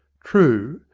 true,